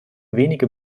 wenige